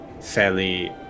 fairly